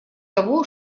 того